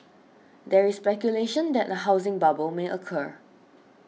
there is speculation that a housing bubble may occur